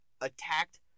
attacked